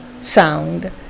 sound